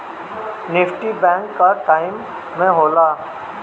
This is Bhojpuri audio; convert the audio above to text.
निफ्ट बैंक कअ टाइम में होला